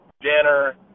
dinner